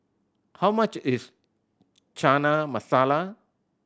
how much is Chana Masala